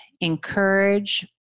encourage